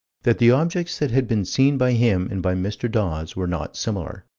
that the objects that had been seen by him and by mr. dawes were not similar.